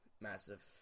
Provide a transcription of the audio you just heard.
Massive